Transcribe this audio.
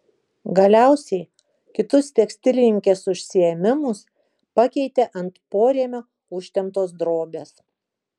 galiausiai kitus tekstilininkės užsiėmimus pakeitė ant porėmio užtemptos drobės